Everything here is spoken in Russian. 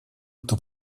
кто